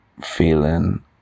feeling